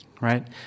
right